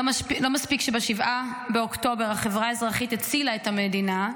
לא מספיק שב-7 באוקטובר החברה האזרחית הצילה את המדינה,